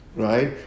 Right